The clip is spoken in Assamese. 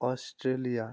অষ্ট্ৰেলিয়া